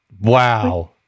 Wow